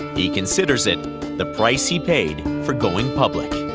he considers it the price he paid for going public.